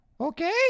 okay